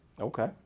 Okay